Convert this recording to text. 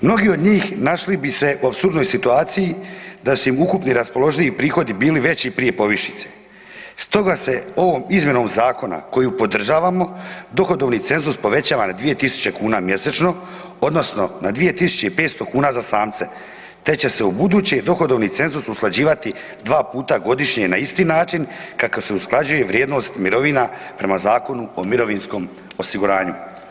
Mnogi od njih našli bi se u apsurdnoj situaciji da su im ukupni raspoloživi prihodi bili veći prije povišice, stoga se ovom izmjenom zakona, koju podržavamo, dohodovni cenzus povećavana na 2 tisuće kuna mjesečno, odnosno na 2,500 kuna za samce, te će se ubuduće dohodovni cenzus usklađivati dva puta na isti način kako se usklađuje vrijednost mirovina prema Zakonu o mirovinskom osiguranju.